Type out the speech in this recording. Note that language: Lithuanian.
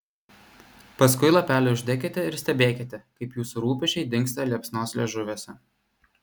paskui lapelį uždekite ir stebėkite kaip jūsų rūpesčiai dingsta liepsnos liežuviuose